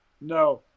No